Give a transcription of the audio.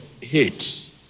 hate